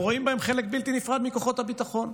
רואים בהם חלק בלתי נפרד מכוחות הביטחון.